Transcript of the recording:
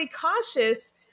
cautious